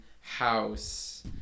house